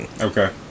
Okay